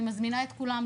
אני מזמינה את כולם,